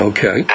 Okay